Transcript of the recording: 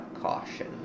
caution